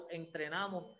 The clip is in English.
entrenamos